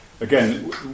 Again